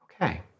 Okay